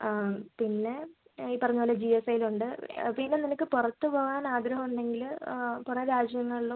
ആ പിന്നെ ഈ പറഞ്ഞ പോലെ ജി എസ് ഐയിലുണ്ട് പിന്നെ നിനക്ക് പുറത്ത് പോകുവാൻ ആഗ്രഹം ഉണ്ടെങ്കിൽ പുറം രാജ്യങ്ങളിലും